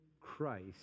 Christ